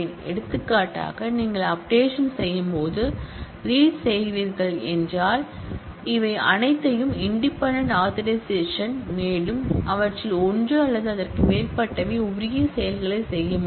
எடுத்துக்காட்டாக நீங்கள் அப்டேஷன் செய்யும்போது ரீட் செய்கிறீர்கள் என்றால் ஆனால் இவை அனைத்தும் இண்டிபெண்டட் ஆதரைசேஷன் மேலும் அவற்றில் ஒன்று அல்லது அதற்கு மேற்பட்டவை உரிய செயல்களைச் செய்ய முடியும்